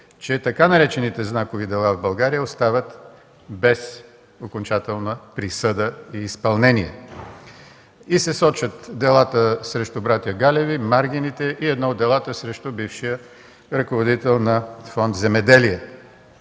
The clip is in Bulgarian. че така наречените „знакови дела” в България остават без окончателна присъда и изпълнение. Сочат се делата срещу братя Галеви, Маргините и едно от делата срещу бившия ръководител на Фонд „Земеделие”.